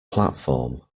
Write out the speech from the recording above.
platform